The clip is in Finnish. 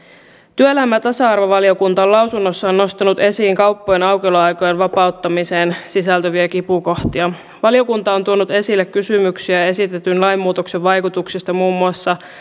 työelämä ja tasa arvovaliokunta on lausunnossaan nostanut esiin kauppojen aukioloaikojen vapauttamiseen sisältyviä kipukohtia valiokunta on tuonut esille kysymyksiä esitetyn lainmuutoksen vaikutuksista muun muassa